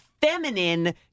feminine